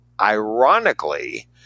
Ironically